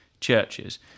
churches